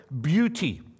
beauty